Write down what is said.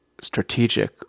strategic